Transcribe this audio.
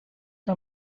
que